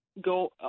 go